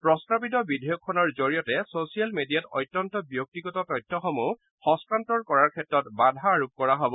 প্ৰস্তাৱিত বিধেয়খখনৰ জৰিয়তে ছোচিয়েল মিডিয়াত অত্যন্ত ব্যক্তিগত তথ্যসমূহ হস্তান্তৰ কৰাৰ ক্ষেত্ৰত বাধা আৰোপ কৰা হ'ব